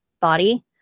body